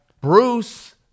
Bruce